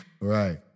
Right